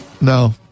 No